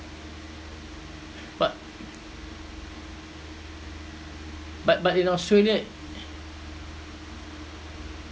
but but but in australia